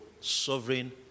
sovereign